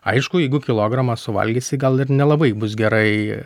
aišku jeigu kilogramą suvalgysi gal ir nelabai bus gerai